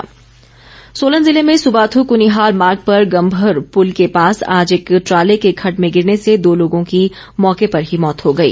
दुर्घटना सोलन जिले में सुबाथू कुनिहार मार्ग पर गम्भर पुल के पास आज एक ट्राले के खड्ड में गिरने से दो लोगों की मौके पर ही मौत हो गई